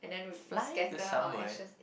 fly to somewhere